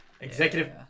executive